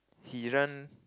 he run